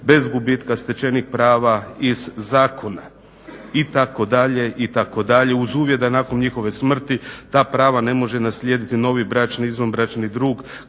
bez gubitka stečenih prava iz zakona, itd., itd., uz uvjet da nakon njihove smrti ta prava ne može naslijediti novi bračni/izvanbračni drug